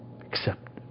accept